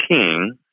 king